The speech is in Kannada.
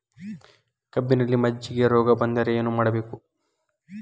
ಕಬ್ಬಿನಲ್ಲಿ ಮಜ್ಜಿಗೆ ರೋಗ ಬಂದರೆ ಏನು ಮಾಡಬೇಕು?